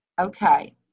okay